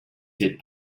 said